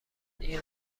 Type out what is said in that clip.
این